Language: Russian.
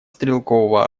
стрелкового